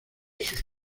sus